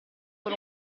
con